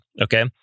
okay